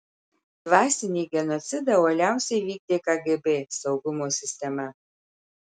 dvasinį genocidą uoliausiai vykdė kgb saugumo sistema